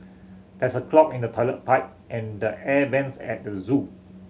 there's a clog in the toilet pipe and the air vents at the zoo